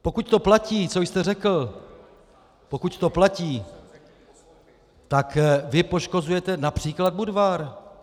Pokud to platí, co jste řekl, pokud to platí, tak vy poškozujete například Budvar.